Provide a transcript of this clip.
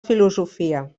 filosofia